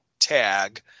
tag